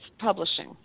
Publishing